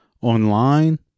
online